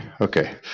Okay